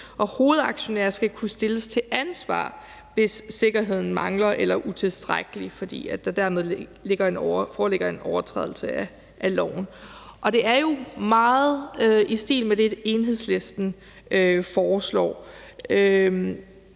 og hovedaktionærer skal kunne stilles til ansvar, hvis sikkerheden mangler eller er utilstrækkelig, fordi der dermed foreligger en overtrædelse af loven. Det er jo meget i stil med det, Enhedslisten foreslår.